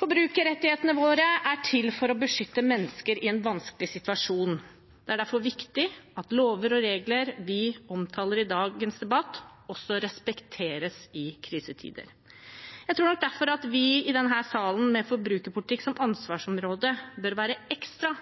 Forbrukerrettighetene våre er til for å beskytte mennesker i en vanskelig situasjon. Det er derfor viktig at lover og regler vi omtaler i dagens debatt, også respekteres i krisetider. Jeg tror derfor vi i denne salen med forbrukerpolitikk som ansvarsområde bør være ekstra